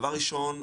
דבר ראשון,